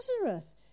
Nazareth